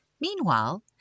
Meanwhile